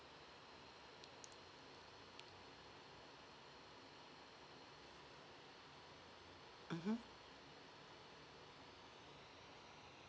mmhmm